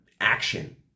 Action